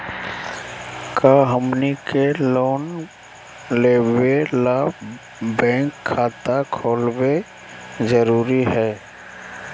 का हमनी के लोन लेबे ला बैंक खाता खोलबे जरुरी हई?